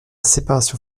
séparation